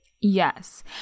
Yes